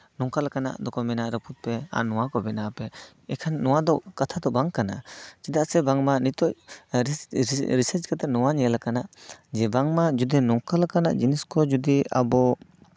ᱱᱚᱝᱠᱟ ᱞᱮᱠᱟᱱᱟᱜ ᱫᱚᱠᱚ ᱢᱮᱱᱟ ᱨᱟᱯᱩᱫ ᱯᱮ ᱟᱨ ᱱᱚᱣᱟ ᱠᱚ ᱵᱮᱱᱟᱣ ᱯᱮ ᱱᱚᱣᱟ ᱫᱚ ᱠᱟᱛᱷᱟ ᱫᱚ ᱵᱟᱝ ᱠᱟᱱᱟ ᱪᱮᱫᱟᱜ ᱥᱮ ᱵᱟᱝ ᱢᱟ ᱱᱤᱛᱚᱜ ᱨᱤᱥᱟᱨᱪ ᱠᱟᱛᱮᱜ ᱱᱚᱣᱟ ᱧᱮᱞ ᱠᱟᱱᱟ ᱡᱮ ᱵᱟᱝᱢᱟ ᱡᱚᱫᱤ ᱱᱚᱝᱠᱟ ᱞᱮᱠᱟᱱᱟᱜ ᱡᱤᱱᱤᱥ ᱠᱚ ᱡᱚᱫᱤ ᱟᱵᱚ